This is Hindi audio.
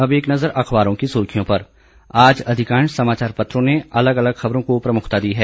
अब एक नज़र अखबारों की सुर्खियों पर आज अधिकांश समाचार पत्रों ने अलग अलग खबरों को प्रमुखता दी है